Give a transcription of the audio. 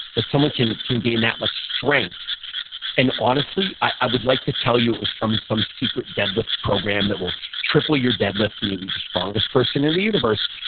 that someone can can gain that much strength and honestly, i would like to tell you it was from some secret deadlift program that will triple your deadlift and you'll be the strongest person in the universe.